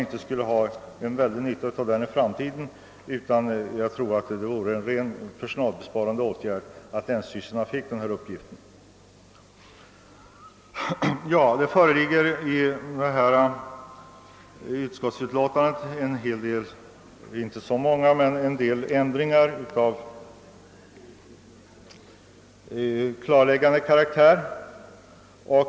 Det skulle enligt min mening innebära en rent personalbesparande åtgärd, om länsstyrelserna fick lämna sådana upplysningar. I utskottsbetänkandet föreslås en del ändringar av klarläggande karaktär. Bl.